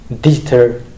digital